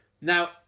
Now